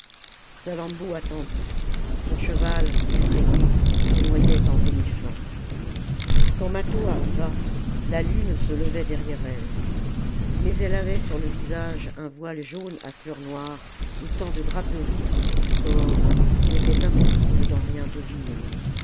salammbô attendit son cheval effrayé tournoyait en reniflant quand mâtho arriva la lune se levait derrière elle mais elle avait sur le visage un voile jaune à fleurs noires et tant de draperies autour du corps qu'il était impossible d'en rien deviner